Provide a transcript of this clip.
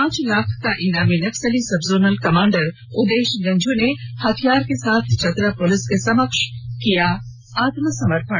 पांच लाख का इनामी नक्सली sub zonal commander Udesh Ganjhu ने हथियार के साथ चतरा पुलिस के समक्ष किया आत्मसमर्पण